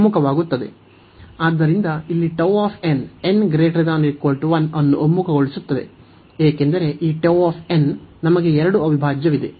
ಆದ್ದರಿಂದ ಇಲ್ಲಿ Γ n≥1 ಅನ್ನು ಒಮ್ಮುಖಗೊಳಿಸುತ್ತದೆ ಏಕೆಂದರೆ ಈ Γ ನಮಗೆ ಎರಡು ಅವಿಭಾಜ್ಯವಿದೆ